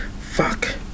Fuck